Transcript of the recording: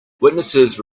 witnesses